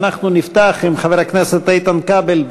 ואנחנו נפתח עם חבר הכנסת איתן כבל.